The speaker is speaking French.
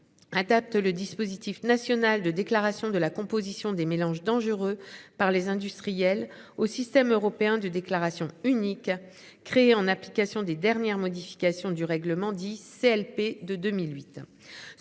Adapte le dispositif national de déclaration de la composition des mélanges dangereux par les industriels au système européen de déclaration unique créée en application des dernières modifications du règlement dit CLP de 2008.